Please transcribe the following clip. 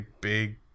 big